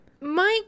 Mike